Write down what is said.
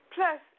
Plus